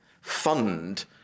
Fund